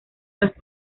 las